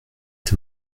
est